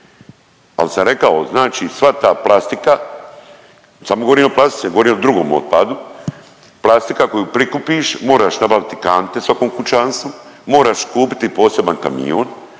ali sam rekao znači sva ta plastika, samo govorim o plastici, ne govorim o drugom otpadu, plastika koju prikupiš moraš nabaviti kante svakom kućanstvu, moraš kupiti poseban kamion,